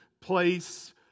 place